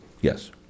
Yes